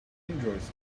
androids